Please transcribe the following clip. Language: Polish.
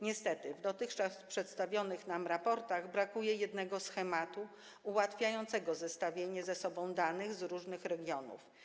Niestety w dotychczas przedstawionych nam raportach brakuje jednego schematu ułatwiającego zestawienie ze sobą danych z różnych regionów.